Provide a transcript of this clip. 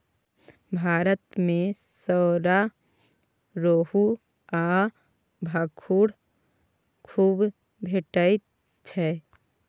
भारत मे सौरा, रोहू आ भाखुड़ खुब भेटैत छै